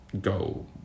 go